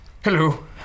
Hello